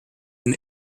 and